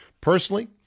Personally